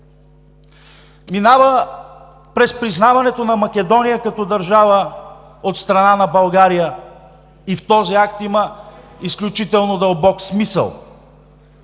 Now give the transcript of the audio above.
минава през признаването на Македония като държава от страна на България. В този акт има изключително дълбок смисъл,